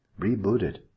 rebooted